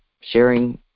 sharing